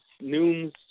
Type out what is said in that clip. noons